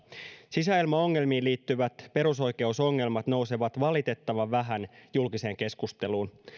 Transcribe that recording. sisäilmaongelmiin liittyvät perusoikeusongelmat nousevat valitettavan vähän julkiseen keskusteluun